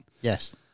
Yes